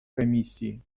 комиссии